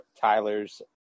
Tyler's